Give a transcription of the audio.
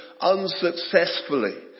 unsuccessfully